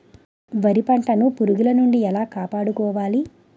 వరి పంటను పురుగుల నుండి ఎలా కాపాడుకోవాలి?